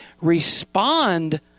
respond